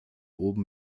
oben